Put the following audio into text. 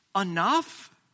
enough